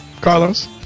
Carlos